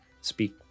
speak